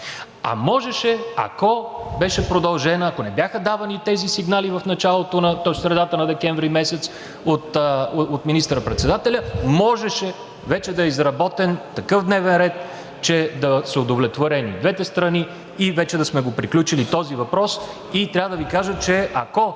а можеше, ако беше продължена, ако не бяха давани тези сигнали в средата на декември месец от министър-председателя, можеше вече да е изработен такъв дневен ред, че да са удовлетворени двете страни и вече да сме го приключили този въпрос. (Председателят дава